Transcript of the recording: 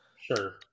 sure